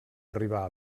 arribar